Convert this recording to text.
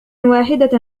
واحدة